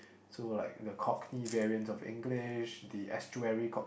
so like the cogni variants of English the astuary cogni